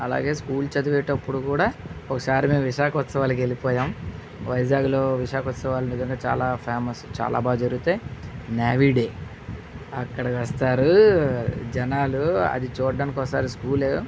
అలాగే స్కూల్ చదివేటప్పుడు కూడా ఒకసారి మేము విశాఖ ఉత్సవాలకి వెళ్ళిపోయాము వైజాగ్ లో విశాఖ ఉత్సవాలు నిజంగా చాలా బాగా ఫ్యామస్ చాలా బాగా జరుగుతాయి న్యావీ డే అక్కడికి వస్తారు జనాలు అది చూడడానికి వస్తారు స్కూల్